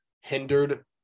hindered